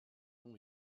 nom